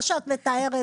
מה שאת מתארת,